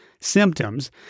symptoms